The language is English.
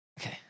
okay